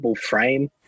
frame